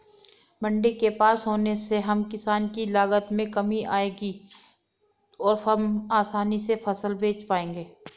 मंडी के पास होने से हम किसान की लागत में कमी आएगी और हम आसानी से फसल बेच पाएंगे